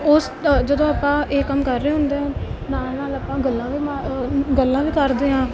ਉਸ ਜਦੋਂ ਆਪਾਂ ਇਹ ਕੰਮ ਕਰ ਰਹੇ ਹੁੰਦੇ ਹਾਂ ਨਾਲ ਨਾਲ ਆਪਾਂ ਗੱਲਾਂ ਵੀ ਮਾ ਗੱਲਾਂ ਵੀ ਕਰਦੇ ਹਾਂ